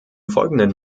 folgenden